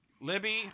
Libby